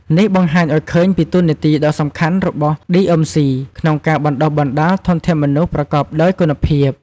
នេះបង្ហាញឱ្យឃើញពីតួនាទីដ៏សំខាន់របស់ ឌីអឹមស៊ី (DMC) ក្នុងការបណ្ដុះបណ្ដាលធនធានមនុស្សប្រកបដោយគុណភាព។